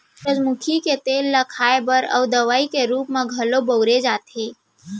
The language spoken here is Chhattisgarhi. सूरजमुखी के तेल ल खाए बर अउ दवइ के रूप म घलौ बउरे जाथे